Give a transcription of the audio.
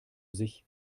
sich